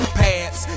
pads